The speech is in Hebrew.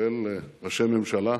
כולל ראשי ממשלה,